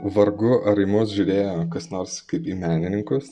vargu ar į mus žiūrėjo kas nors kaip į menininkus